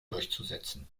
durchzusetzen